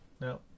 No